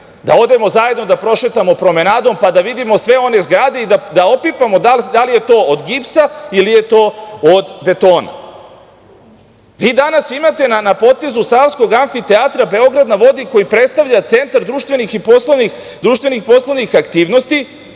da odemo zajedno da prošetamo promenadom, pa da vidimo sve one zgrade i da opipamo da li je to od gipsa ili je to od betona. Vi danas imate na potezu savskog amfiteatra „Beograd na vodi“ koji predstavlja centar društvenih i poslovnih aktivnosti,